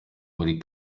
muri